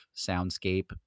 soundscape